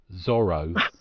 Zorro